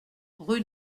rue